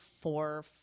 four